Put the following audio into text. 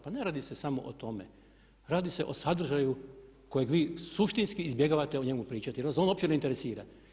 Pa ne radi se samo o tome, radi se o sadržaju kojeg vi suštinski izbjegavate o njemu pričati jer vas on uopće ne interesira.